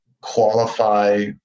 qualify